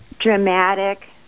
dramatic